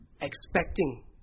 expecting